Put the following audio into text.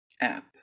app